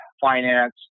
finance